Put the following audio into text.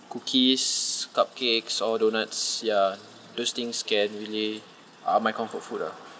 cookies cupcakes or doughnuts ya those things can really are my comfort food ah